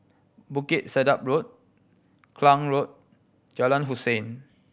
Bukit Sedap Road Klang Road Jalan Hussein